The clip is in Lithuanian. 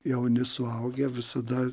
jauni suaugę visada